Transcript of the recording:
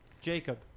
Jacob